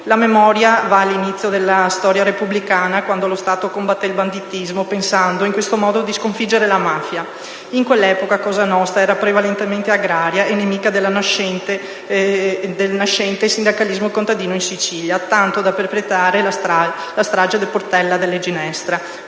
La memoria va all'inizio della storia repubblicana, quando lo Stato combatté il banditismo pensando in questo modo di sconfiggere la mafia. In quell'epoca cosa nostra era prevalentemente agraria e nemica del nascente sindacalismo contadino in Sicilia, tanto da perpetrare la strage di Portella della Ginestra